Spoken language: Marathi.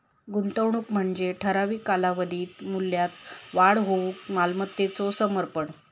गुंतवणूक म्हणजे ठराविक कालावधीत मूल्यात वाढ होऊक मालमत्तेचो समर्पण